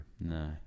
No